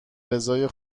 رضای